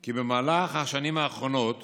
כי במהלך השנים האחרונות